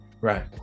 Right